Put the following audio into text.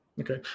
Okay